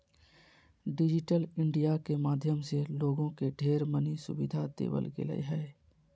digital India के माध्यम से लोगों के ढेर मनी सुविधा देवल गेलय ह